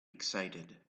excited